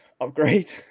upgrade